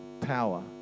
power